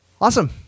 Awesome